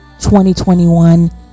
2021